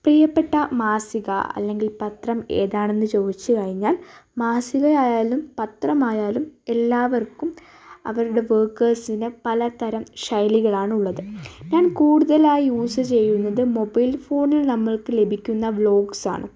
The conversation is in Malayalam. പ്രിയപ്പെട്ട മാസിക അല്ലെങ്കിൽ പത്രം ഏതാണെന്ന് ചോദിച്ചു കഴിഞ്ഞാൽ മാസികയായാലും പത്രമായാലും എല്ലാവർക്കും അവരുടെ വർക്കേഴ്സിന് പലതരം ശൈലികളാണ് ഉള്ളത് ഞാൻ കൂടുതലായി യൂസ് ചെയ്യുന്നത് മൊബൈൽ ഫോണിൽ നമ്മൾക്ക് ലഭിക്കുന്ന വ്ളോഗ്സാണ്